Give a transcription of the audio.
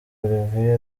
olivier